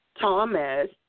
Thomas